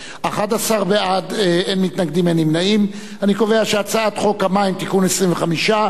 ההצעה להעביר את הצעת חוק המים (תיקון מס' 25),